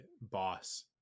Boss